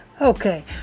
Okay